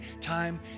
time